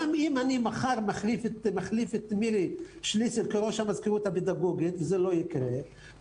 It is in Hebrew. גם אם אני מחר מחליף את מירי שליסל כראש המזכירות הפדגוגית זה לא יקרה,